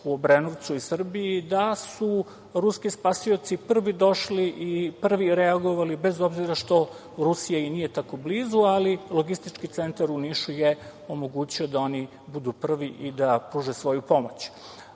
u Obrenovcu i Srbiji, da su ruski spasioci prvi došli i prvi reagovali, bez obzira što Rusija i nije tako blizu, ali logistički centar u Nišu je omogućio da oni budu prvi i da pruže svoju